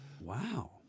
Wow